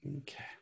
Okay